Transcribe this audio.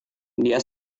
dia